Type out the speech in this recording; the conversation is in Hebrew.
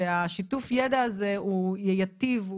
ששיתוף הידע הזה הוא ייטיב,